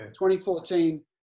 2014